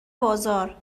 بازار